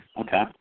Okay